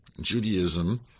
Judaism